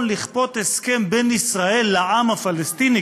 לכפות הסכם בין ישראל לעם הפלסטיני,